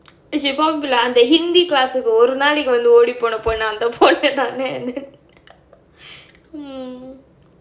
அந்த:antha hindi class ஒரு நாளைக்கு வந்து ஓடிப்போன அந்த பொண்ணு அந்த பொண்ணுதானே:oru naalaikku vanthu odipponaa antha ponnu antha ponnu thaanae and then